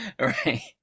right